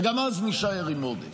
וגם אז נישאר עם עודף.